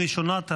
ראשונת הדוברים,